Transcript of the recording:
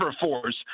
force